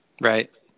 Right